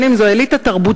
בין אם זאת אליטה תרבותית,